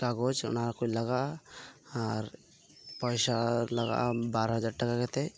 ᱠᱟᱜᱚᱡᱽ ᱚᱱᱟ ᱠᱚ ᱞᱟᱜᱟᱜᱼᱟ ᱟᱨ ᱯᱚᱭᱥᱟ ᱞᱟᱜᱟᱜᱼᱟ ᱵᱟᱨ ᱦᱟᱡᱟᱨ ᱴᱟᱠᱟ ᱠᱟᱛᱮᱜ